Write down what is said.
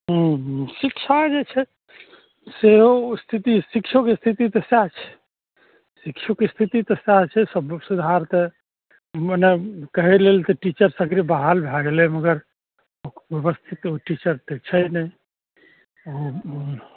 हुँ हुँ शिक्षा जे छै से ओ स्थिति शिक्षोके स्थिति तऽ सएह छै शिक्षोके स्थिति तऽ सएह छै सबमे सुधार तऽ मने कहय लेल तऽ टीचर सगरे बहाल भए गेलय मगर व्यवस्थित ओ टीचर तऽ छै ने